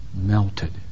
Melted